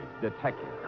detective